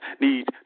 Need